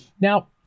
Now